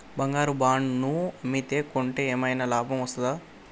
బంగారు బాండు ను అమ్మితే కొంటే ఏమైనా లాభం వస్తదా?